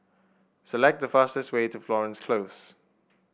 select the fastest way to Florence Close